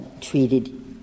treated